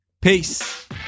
Peace